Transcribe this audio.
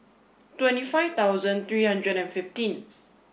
twenty five thousand three hundred and fifteen